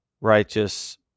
righteous